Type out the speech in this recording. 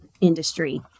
industry